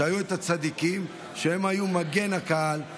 היו הצדיקים שהיו מגן הקהל,